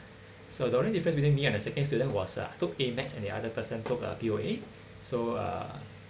so the only difference between me and the second student was I took A maths and the other person took uh P_O_A so uh